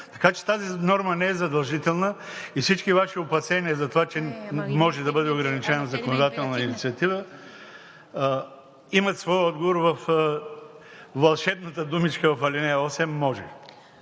Така че тази норма не е задължителна и всички Ваши опасения за това, че може да бъде ограничена законодателната инициатива имат своя отговор във вълшебната думичка в ал. 8 „може“.